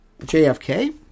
JFK